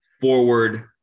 Forward